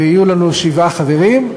ויהיו לנו שבעה חברים.